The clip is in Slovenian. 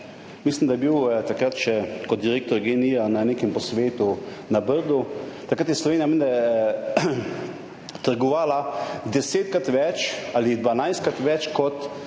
mislim, da je bil takrat še kot direktor GEN-I na nekem posvetu na Brdu, takrat je Slovenija menda trgovala desetkrat več ali dvanajstkrat več, kot